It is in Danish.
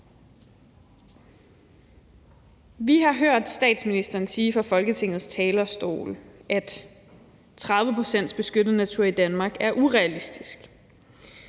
Vi har hørt statsministeren sige fra Folketingets talerstol, at 30 pct. beskyttet natur i Danmark er urealistisk,